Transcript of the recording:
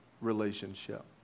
relationship